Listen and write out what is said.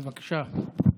בבקשה.